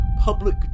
public